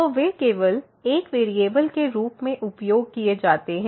तो वे केवल एक वेरिएबल के रूप में उपयोग किए जाते हैं